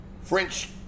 French